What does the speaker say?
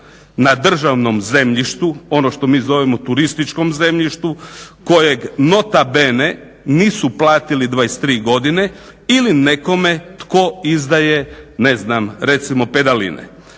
na državnom zemljištu ono što mi zovemo turističkom zemljištu kojeg nota bene nisu platili 23 godine ili nekome tko izdaje ne znam recimo pedaline.